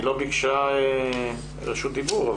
היא לא ביקשה רשות דיבור,